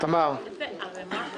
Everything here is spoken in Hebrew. תמר, בבקשה.